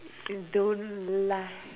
don't lie